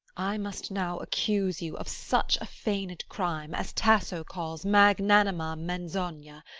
i must now accuse you of such a feigned crime as tasso calls magnanima menzogna,